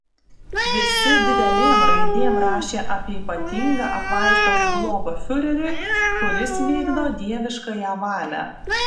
visi didelėm raidėm rašė apie ypatingą apvaizdos globą fiureriui kuris vykdo dieviškąją valią